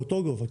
באותו גובה,